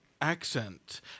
accent